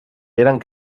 eren